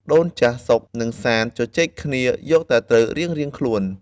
ដូនចាស់ សុខ និងសាន្ត ជជែកគ្នាយកត្រូវតែរៀងៗខ្លួន។